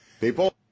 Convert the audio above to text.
People